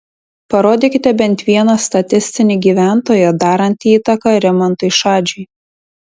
parodykite bent vieną statistinį gyventoją darantį įtaką rimantui šadžiui